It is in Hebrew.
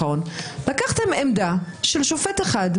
לקחתם עמדה של שופט אחד,